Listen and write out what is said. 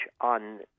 on